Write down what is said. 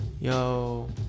yo